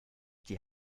die